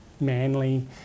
Manly